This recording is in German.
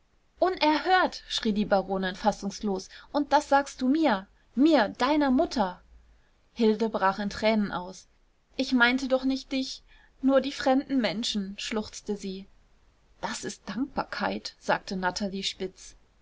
unerhört schrie die baronin fassungslos und das sagst du mir mir deiner mutter hilde brach in tränen aus ich meinte doch nicht dich nur die fremden menschen schluchzte sie das ist dankbarkeit sagte natalie spitz